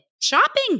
shopping